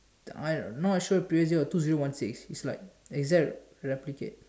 I no I should have preview two zero one three it's like exact replicate